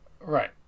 Right